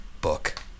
book